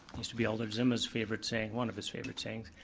used to be alder zima's favorite saying, one of his favorite sayings.